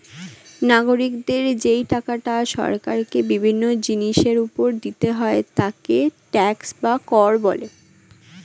নাগরিকদের যেই টাকাটা সরকারকে বিভিন্ন জিনিসের উপর দিতে হয় তাকে ট্যাক্স বা কর বলে